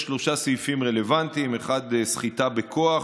יש שלושה סעיפים רלוונטיים: האחד זה סחיטה בכוח,